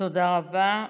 תודה רבה.